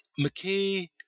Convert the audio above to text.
McKay